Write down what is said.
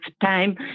time